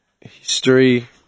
history